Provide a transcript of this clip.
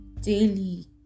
daily